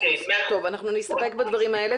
טוב, אנחנו נסתפק בדברים האלה.